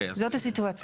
זאת הסיטואציה.